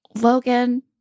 Logan